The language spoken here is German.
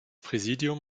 präsidium